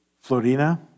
Florina